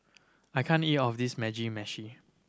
I can't eat all of this Mugi Meshi